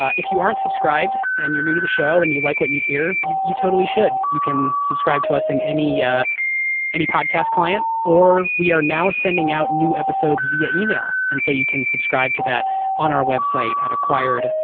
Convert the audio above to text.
if you aren't subscribed, and you're new to the show, and you like what you hear, you you totally should. you can subscribe to us in any yeah any podcast client, or we are now sending out new episodes via email. and so you can subscribe to that on our website at acquired.